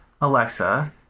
alexa